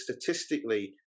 statistically